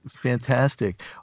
fantastic